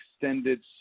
extended